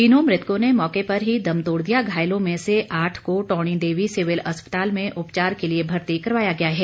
तीनों मृतकों ने मौके पर ही दम तोड़ दिया घायलों में से आठ को टाँणी देवी सिविल अस्पताल में उपचार के लिए भर्ती करवाया गया है